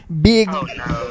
big